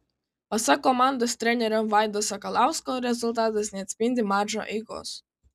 pasak komandos trenerio vaido sakalausko rezultatas neatspindi mačo eigos